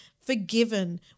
forgiven